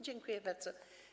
Dziękuję bardzo.